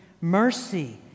Mercy